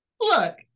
look